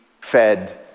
fed